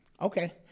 Okay